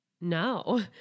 No